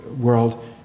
world